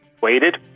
waited